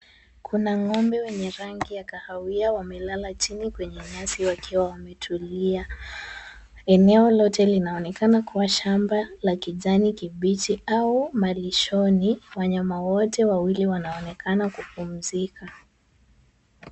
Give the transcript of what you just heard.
Kuna ng'ombe wenye rangi ya kahawia wamelala chini kwenye nyasi wakiwa wametulia. Eneo lote linaonekana kuwa shamba la kijani kibichi au malishoni. Wanyama wote wawili wanaonekana kupumzika.